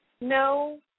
no